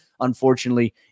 unfortunately